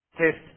test